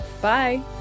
Bye